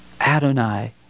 Adonai